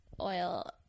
oil